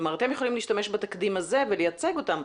אתם יכולים להשתמש בתקדים הזה ולייצג אותם.